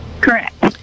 correct